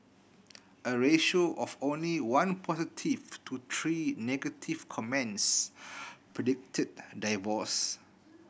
a ratio of only one positive to three negative comments predicted divorce